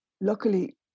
Luckily